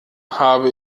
habe